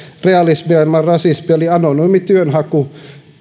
realismia ilman rasismia eli se on anonyymi työnhaku